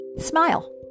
Smile